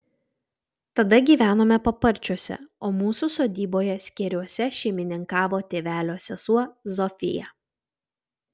tada gyvenome paparčiuose o mūsų sodyboje skėriuose šeimininkavo tėvelio sesuo zofija